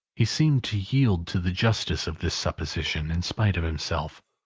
he seemed to yield to the justice of this supposition, in spite of himself.